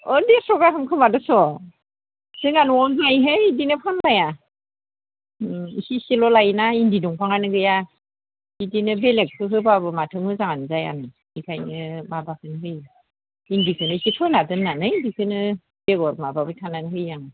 अह देरस' गाहाम खोमा दस' जोंहा न'आवनो जायोहाय बिदिनो फानलाया ओह एसे एसेल' लायो ना इन्दि दंफाङानो गैया बिदिनो बेलेगखौ होबाबो माथो मोजाङानो जाया नै बिनिखायनो माबाखौनो होयो इन्दिखौनो एसे फोना दोन्नानै बेखौनो बेगर माबाबाय थानानै होयो आं